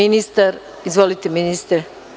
Izvolite ministre.